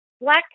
black